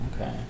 okay